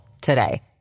today